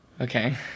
Okay